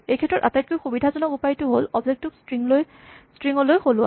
এইক্ষেত্ৰত আটাইতকৈ সুবিধাজনক উপায়টো হ'ল অবজেক্ট টোক স্ট্ৰিং লৈ সলোৱা